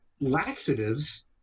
laxatives